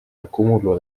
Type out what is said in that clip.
acúmulo